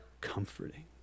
comforting